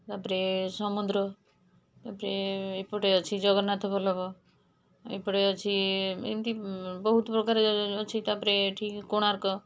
ତା'ପରେ ସମୁଦ୍ର ତା'ପରେ ଏପଟେ ଅଛି ଜଗନ୍ନାଥ ବଲ୍ଲଭ ଏପଟେ ଅଛି ଏମିତି ବହୁତପ୍ରକାର ଅଛି ତା'ପରେ ଏଠି କୋଣାର୍କ